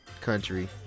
country